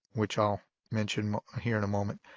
which i'll mention here in a moment,